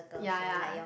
ya ya